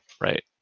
Right